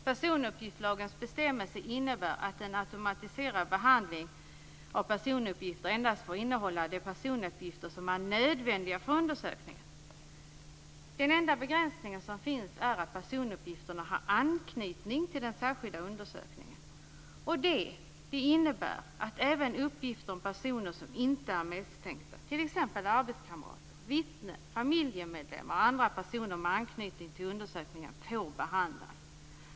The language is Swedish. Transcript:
Personuppgiftslagens bestämmelser innebär att en automatiserad behandling av personuppgifter endast får innehålla de personuppgifter som är nödvändiga för undersökningen. Den enda begränsningen är att personuppgifterna har anknytning till den särskilda undersökningen. Det innebär att även uppgifter om personer som inte är misstänkta - t.ex. arbetskamrater, vittnen, familjemedlemmar och andra personer med anknytning till undersökningen - får behandlas.